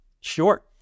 Sure